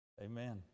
Amen